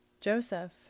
Joseph